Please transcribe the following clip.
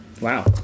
wow